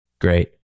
Great